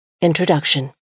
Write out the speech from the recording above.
Introduction